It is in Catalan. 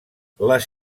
les